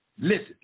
Listen